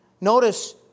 notice